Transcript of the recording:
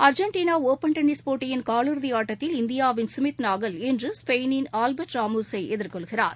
அர்ஜெண்டனா open tennis போட்டியின் காலிறுதி ஆட்டத்தில் இந்தியாவின் சுமித் நாகல் இன்று ஸ்பெயினின் ஆல்பர்ட் ராமோசை எதிர்கொள்கிறார்